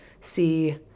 see